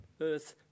earth